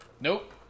nope